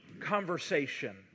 conversation